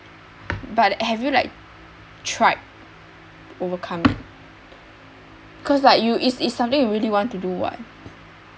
but have you like tried overcome it cause like you it's it's something you really want to do [what]